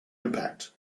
impact